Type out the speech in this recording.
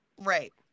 Right